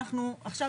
אנחנו עכשיו,